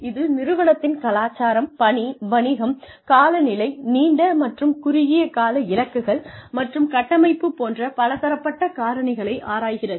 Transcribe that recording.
இது நிறுவனத்தின் கலாச்சாரம் பணி வணிகம் காலநிலை நீண்ட மற்றும் குறுகிய கால இலக்குகள் மற்றும் கட்டமைப்பு போன்ற பல தரப்பட்ட காரணிகளை ஆராய்கிறது